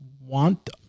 want